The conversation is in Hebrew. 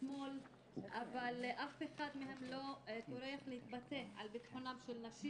שמאל אבל אף אחד מהם לא טורח להתבטא על ביטחונן של נשים.